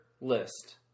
list